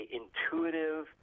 intuitive